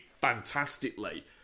fantastically